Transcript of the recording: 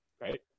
Right